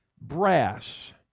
brass